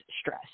stress